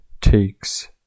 takes